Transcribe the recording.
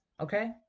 Okay